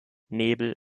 nebel